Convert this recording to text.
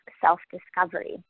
self-discovery